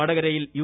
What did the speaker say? വടകരയിൽ യു